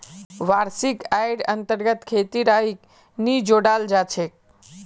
वार्षिक आइर अन्तर्गत खेतीर आइक नी जोडाल जा छेक